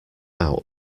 out